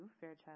Fairchild